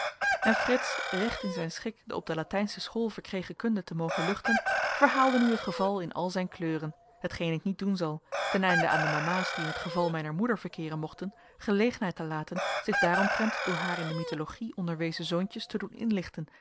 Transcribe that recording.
en frits recht in zijn schik de op de latijnsche school verkregen kunde te mogen luchten verhaalde nu het geval in al zijn kleuren hetgeen ik niet doen zal teneinde aan de mama's die in het geval mijner moeder verkeeren mochten gelegenheid te laten zich daaromtrent door haar in de mythologie onderwezen zoontjes te doen inlichten